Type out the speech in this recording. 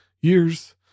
years